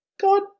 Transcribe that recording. god